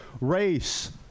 Race